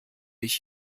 ich